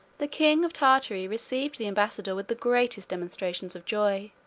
the king of tartary received the ambassador with the greatest demonstrations of joy